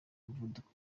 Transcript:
muvuduko